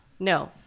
No